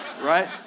right